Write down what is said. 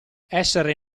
essere